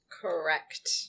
Correct